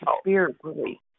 spiritually